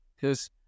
cause